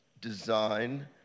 design